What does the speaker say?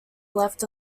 left